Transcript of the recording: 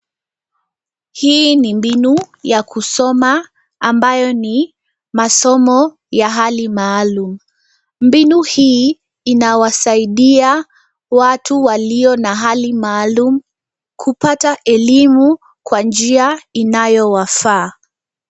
Hii ni mbinu ya kusoma ambayo ni masomo ya hali maalum. Mbinu hii inawasaidia watu walio na hali maalum kupata elimu kwa njia inayowafaa.